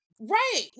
Right